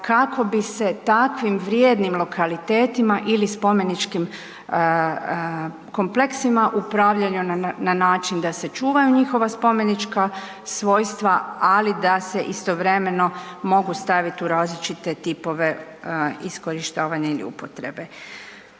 kako bi se takvim vrijednim lokalitetima ili spomeničkim kompleksima upravljalo na način da se čuvaju njihova spomenička svojstva, ali da se istovremeno mogu staviti u različite tipove iskorištavanja ili upotrebe.